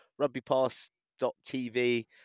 rugbypass.tv